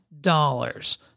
dollars